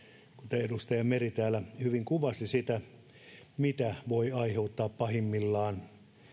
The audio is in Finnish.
edustaja meri täällä hyvin kuvasi sitä mitä se voi aiheuttaa pahimmillaan